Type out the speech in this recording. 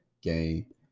game